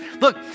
Look